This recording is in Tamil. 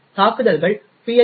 தாக்குதல்கள் PLT